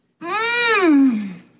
Mmm